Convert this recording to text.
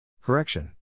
Correction